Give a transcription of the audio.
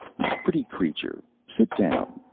my pretty creature, sit down,